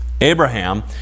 abraham